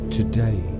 today